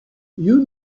you